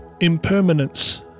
Impermanence